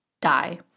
die